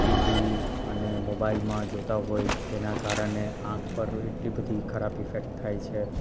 TV અને મોબાઈલમાં જોતા હોય જેના કારણે આંખ પર એટલી બધી ખરાબ ઈફેક્ટ થાય છે